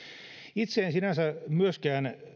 itse en sinänsä myöskään